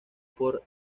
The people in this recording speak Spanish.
por